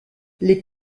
les